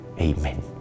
Amen